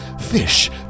fish